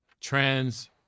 trans